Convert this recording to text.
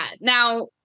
Now